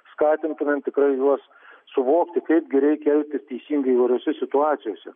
skatintumėm tikrai juos suvokti kaip gi reikia elgtis teisingai įvairiose situacijose